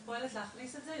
הרשות פועלת להכניס את זה.